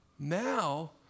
Now